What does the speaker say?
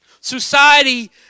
Society